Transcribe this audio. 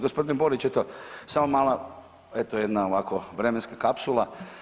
Gospodine Borić eto samo mala eto jedna ovako vremenska kapsula.